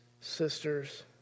sisters